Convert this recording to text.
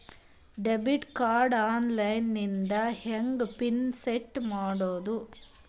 Debit card online ದಿಂದ ಹೆಂಗ್ PIN set ಮಾಡೋದು?